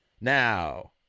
now